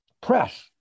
press